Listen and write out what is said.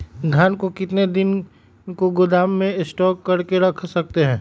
धान को कितने दिन को गोदाम में स्टॉक करके रख सकते हैँ?